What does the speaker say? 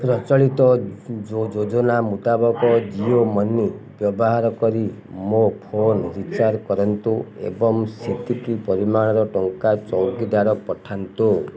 ପ୍ରଚଳିତ ଯୋଜନା ମୁତାବକ ଜିଓ ମନି ବ୍ୟବହାର କରି ମୋ ଫୋନ ରିଚାର୍ଜ କରନ୍ତୁ ଏବଂ ସେତିକି ପରିମାଣର ଟଙ୍କା ଚୌକିଦାରକୁ ପଠାନ୍ତୁ